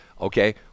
Okay